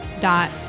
Dot